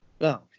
No